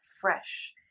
fresh